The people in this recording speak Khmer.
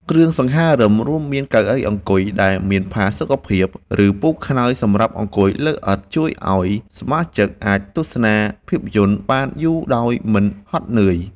គ្រឿងសង្ហារិម រួមមានកៅអីអង្គុយដែលមានផាសុកភាព ឬពូកខ្នើយសម្រាប់អង្គុយលើឥដ្ឋ ជួយឱ្យសមាជិកអាចទស្សនាភាពយន្តបានយូរដោយមិនហត់នឿយ។